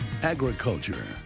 agriculture